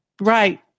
Right